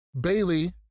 Bailey